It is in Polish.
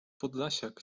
podlasiak